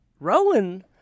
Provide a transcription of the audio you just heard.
Rowan